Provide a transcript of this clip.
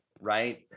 right